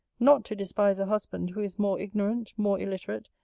not to despise a husband who is more ignorant, more illiterate,